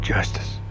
Justice